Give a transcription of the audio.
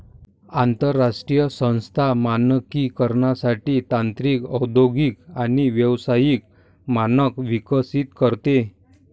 आंतरराष्ट्रीय संस्था मानकीकरणासाठी तांत्रिक औद्योगिक आणि व्यावसायिक मानक विकसित करते